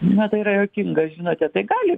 na tai yra juokinga žinote tai gali